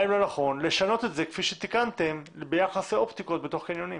האם לא נכון לשנות את זה כפי שתיקנתם ביחס לאופטיקות בתוך קניונים